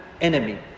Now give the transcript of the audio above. enemy